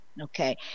okay